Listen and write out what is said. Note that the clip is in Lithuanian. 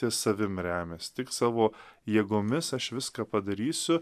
ties savimi remias tik savo jėgomis aš viską padarysiu